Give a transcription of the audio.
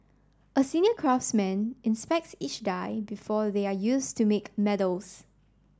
a senior craftsman inspects each die before they are used to make medals